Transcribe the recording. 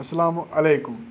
اسلامُ علیکُم